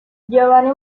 giovanni